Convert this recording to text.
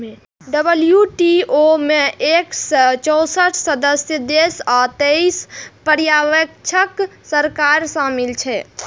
WTO मे एक सय चौंसठ सदस्य देश आ तेइस पर्यवेक्षक सरकार शामिल छै